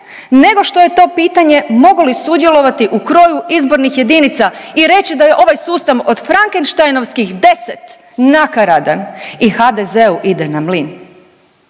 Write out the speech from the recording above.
negoli što je to pitanje mogu li sudjelovati u kroju izbornih jedinica i reći da je ovaj sustav od frankenštajnovskih 10 nakaradan i HDZ-u ide na mlin.